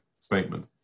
statement